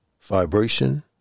vibration